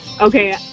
okay